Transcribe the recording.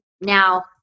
now